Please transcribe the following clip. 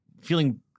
feeling